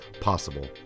possible